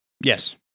Yes